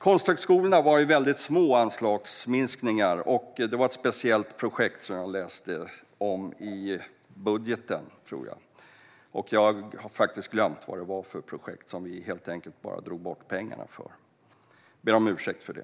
Konsthögskolornas anslagsminskningar var väldigt små och gällde ett särskilt projekt som jag läste om i budgeten, tror jag. Jag har faktiskt glömt vad det var för projekt som vi helt enkelt tog bort pengarna för. Jag ber om ursäkt för det.